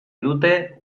dute